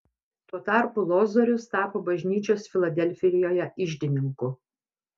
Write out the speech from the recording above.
tuo tarpu lozorius tapo bažnyčios filadelfijoje iždininku